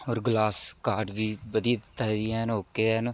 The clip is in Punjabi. ਔਰ ਗਲਾਸ ਕਾਡ ਵੀ ਵਧੀਆ ਦਿੱਤਾ ਏ ਜੀ ਐਨ ਓਕੇ ਐਨ